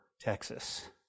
Texas